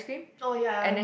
oh ya ya